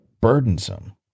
burdensome